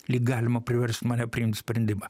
lyg galima privers mane priimt sprendimą